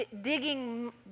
digging